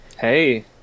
hey